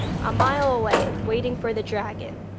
a mile away, waiting for the dragon